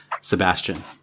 Sebastian